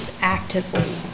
actively